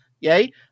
yay